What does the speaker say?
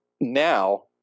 now